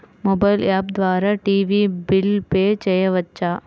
Mobile app ద్వారా TV bill pay చేయవచ్చా?